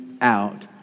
out